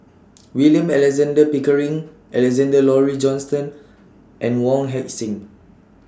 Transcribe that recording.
William Alexander Pickering Alexander Laurie Johnston and Wong Heck Sing